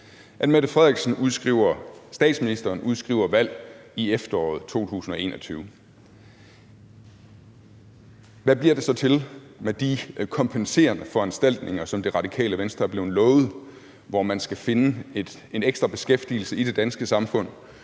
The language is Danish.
at statsministeren udskriver valg i efteråret 2021. Hvad bliver det så til med de kompenserende foranstaltninger, som Det Radikale Venstre er blevet lovet, hvor man skal finde en ekstra beskæftigelse i det danske samfund,